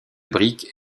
brique